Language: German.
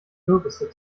kürbisse